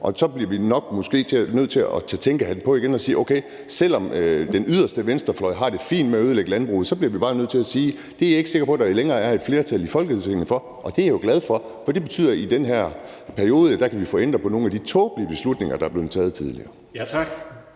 Og så bliver vi måske nok nødt til at tage tænkehatten på igen og sige, at okay, selv om den yderste venstrefløj har det fint med at ødelægge landbruget, så er vi ikke sikre på, at der er et flertal i Folketinget for det længere. Det er jeg jo glad for, for det betyder, at vi i den her periode kan få ændret på nogle af de tåbelige beslutninger, der er blevet taget tidligere. Kl.